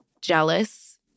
jealous